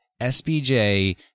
SBJ